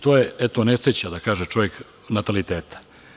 To je, eto, nesreća, da kaže čovek, nataliteta.